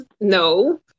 No